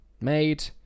made